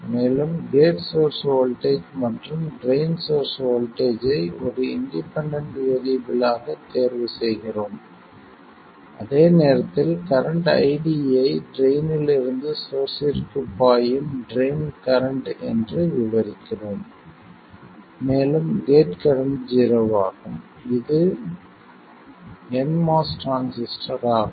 மேலும் gate source voltage மற்றும் drain source voltage ஐ ஒரு இண்டிபென்டென்ட் வேறியபிள்களாக தேர்வு செய்கிறோம் அதே நேரத்தில் கரண்ட் ID யை ட்ரைன் இல் இருந்து சோர்ஸ்ஸிற்கு பாயும் ட்ரைன் கரண்ட் என்று விவரிக்கிறோம் மேலும் கேட் கரண்ட் ஜீரோவாகும் இது nMOS டிரான்சிஸ்டர் ஆகும்